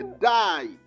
died